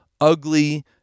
ugly